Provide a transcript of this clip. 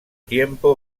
tiempo